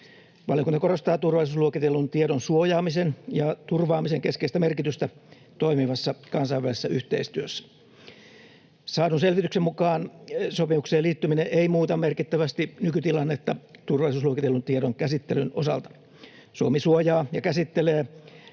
Valiokunta korostaa turvallisuusluokitellun tiedon suojaamisen ja turvaamisen keskeistä merkitystä toimivassa kansainvälisessä yhteistyössä. Saadun selvityksen mukaan sopimukseen liittyminen ei muuta merkittävästi nykytilannetta turvallisuusluokitellun tiedon käsittelyn osalta. Suomi suojaa ja käsittelee